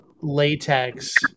latex